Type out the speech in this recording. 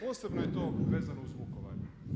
Posebno je to vezano uz Vukovar.